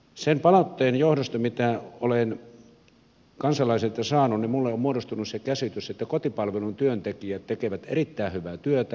sen palautteen johdosta mitä olen kansalaisilta saanut minulle on muodostunut se käsitys että kotipalvelun työntekijät tekevät erittäin hyvää työtä